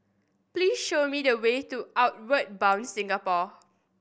please show me the way to Outward Bound Singapore